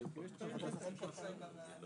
שוב לחקיקה של החוק הזה.